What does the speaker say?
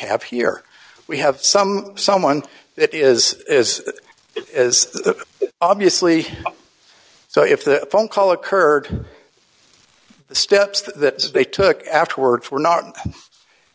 have here we have some someone that is is is obviously so if the phone call occurred the steps that they took afterwards were not